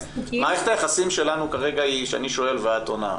מערכת היחסים שלנו כרגע היא שאני שואל ואת עונה,